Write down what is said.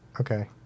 Okay